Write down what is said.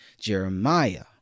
Jeremiah